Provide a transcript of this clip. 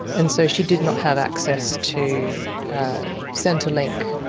and so she did not have access to centrelink,